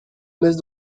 messe